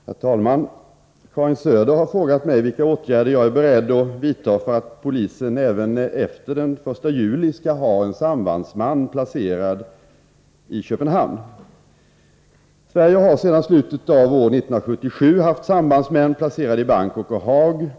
Herr talman! Karin Söder har frågat mig vilka åtgärder jag är beredd att vidta för att polisen även efter den 1 juli skall ha en sambandsman placerad i Köpenhamn. Sverige har sedan slutet av år 1977 haft sambandsmän placerade i Bangkok och Haag.